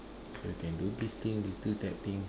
so you can do this thing you do that thing